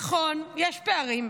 נכון, יש פערים.